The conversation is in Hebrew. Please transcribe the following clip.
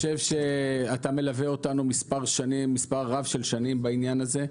אתה מלווה אותנו מספר רב של שנים בעניין הזה.